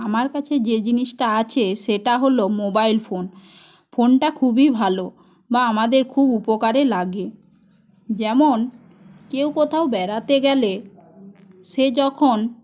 আমার কাছে যে জিনিসটা আছে সেটা হল মোবাইল ফোন ফোনটা খুবই ভালো বা আমাদের খুব উপকারে লাগে যেমন কেও কোথাও বেড়াতে গেলে সে যখন